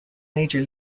major